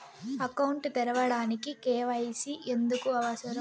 Account తెరవడానికి, KYC ఎందుకు అవసరం?